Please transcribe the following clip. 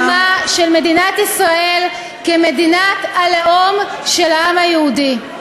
ונגד קיומה של מדינת ישראל כמדינת הלאום של העם היהודי.